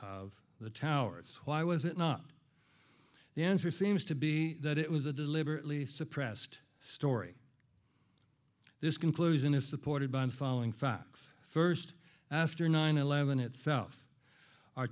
of the towers why was it not the answer seems to be that it was a deliberately suppressed story this conclusion is supported by the following facts first after nine eleven itself o